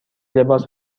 لباس